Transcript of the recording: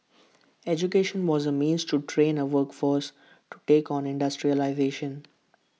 education was A means to train A workforce to take on industrialisation